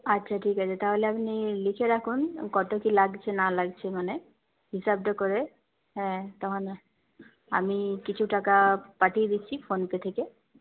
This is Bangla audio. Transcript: আচ্ছা ঠিক আছে তাহলে আপনি লিখে রাখুন কতো কি লাগছে না লাগছে মানে হিসাবটা করে হ্যাঁ আমি কিছু টাকা পাঠিয়ে দিচ্ছি ফোনপে থেকে